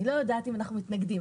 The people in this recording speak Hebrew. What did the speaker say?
אני לא יודעת אם אנחנו מתנגדים.